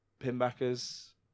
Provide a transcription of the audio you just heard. Pinbacker's